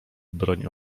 broń